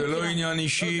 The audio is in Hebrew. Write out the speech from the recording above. זה לא עניין אישי,